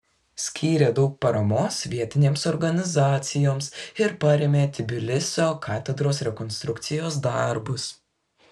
skyrė daug paramos vietinėms organizacijoms ir parėmė tbilisio katedros rekonstrukcijos darbus